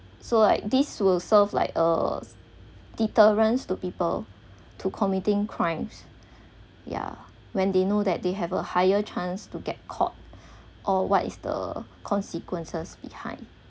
so like this will serve like a deterrent to people to committing crimes yeah when they know that they have a higher chance to get caught or what is the consequences behind